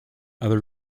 other